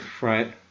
Right